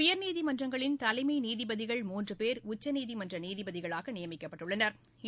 உயர்நீதிமன்றங்களின் தலைமை நீதிபதிகள் மூன்று பேர் உச்சநீதிமன்ற நீதபதிகளாக நியமிக்கப்பட்டுள்ளனா்